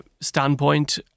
standpoint